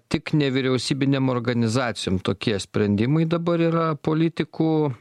tik nevyriausybinėm organizacijom tokie sprendimai dabar yra politikų